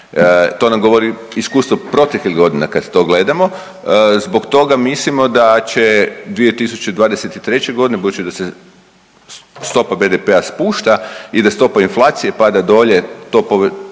To nam govori iskustvo proteklih godina kad to gledamo. Zbog toga mislimo da će 2023.g. budući da se stopa BDP-a spušta i da stopa inflacije pada dolje to pove…,